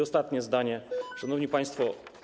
Ostatnie zdanie, szanowni państwo.